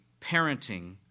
parenting